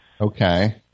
Okay